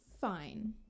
fine